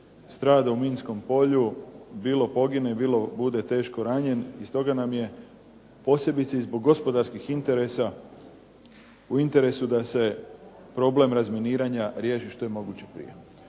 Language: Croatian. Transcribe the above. strada u minskom polju, bilo pogine, bilo teško ranjen i stoga nam je posebice zbog gospodarskih interesa u interesu da se problem razminiranja riješi što je moguće prije.